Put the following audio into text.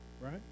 Right